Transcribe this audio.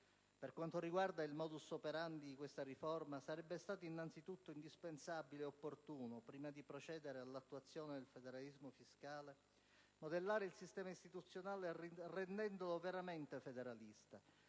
Per quanto riguarda il *modus operandi* di questa riforma, sarebbe stato innanzitutto indispensabile e opportuno, prima di procedere all'attuazione del federalismo fiscale, modellare il sistema istituzionale rendendolo veramente federalista;